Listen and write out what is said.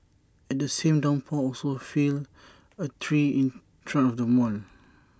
and the same downpour also felled A tree in front of the mall